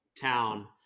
town